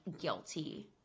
guilty